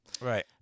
Right